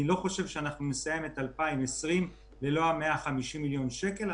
אני לא חושב שאנחנו נסיים את 2020 ללא ה-150 מיליון שקל,